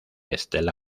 estela